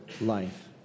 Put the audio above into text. life